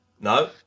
No